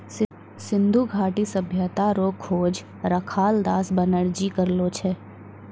सिन्धु घाटी सभ्यता रो खोज रखालदास बनरजी करलो छै